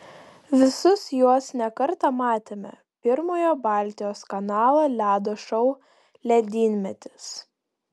visus juos ne kartą matėme pirmojo baltijos kanalo ledo šou ledynmetis